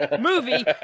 movie